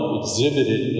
exhibited